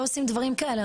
לא עושים דברים כאלה.